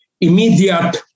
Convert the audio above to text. immediate